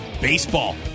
baseball